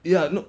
ya no